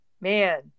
man